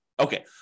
Okay